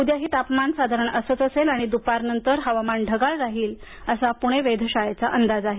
उद्याही तापमान साधारण असंच असेल आणि द्पारनंतर हवामान ढगाळ राहील असा पूणे वेधशाळेचा अंदाज आहे